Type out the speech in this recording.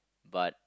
but